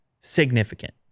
significant